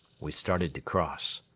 we started to cross.